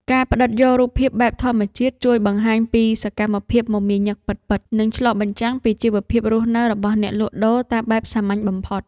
ការផ្ដិតយករូបភាពបែបធម្មជាតិជួយបង្ហាញពីសកម្មភាពមមាញឹកពិតៗ និង ឆ្លុះបញ្ចាំងពីជីវភាពរស់នៅរបស់អ្នកលក់ដូរតាមបែបសាមញ្ញបំផុត។